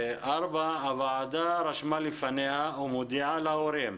הועדה רשמה לפניה ומודיעה להורים,